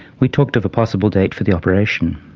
we talked of a possible date for the operation.